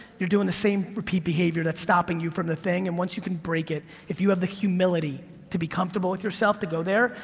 you're doing the same repeat behavior that's stopping you from the thing and once you can break it, if you have the humility to be comfortable with yourself, to go there,